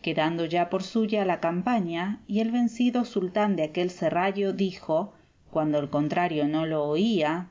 quedando ya por suya la campaña y el vencido sultán de aquel serrallo dijo cuando el contrario no lo oía